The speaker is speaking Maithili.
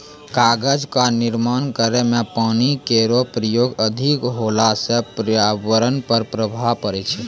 कागज क निर्माण करै म पानी केरो प्रयोग अधिक होला सँ पर्यावरण पर प्रभाव पड़ै छै